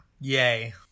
Yay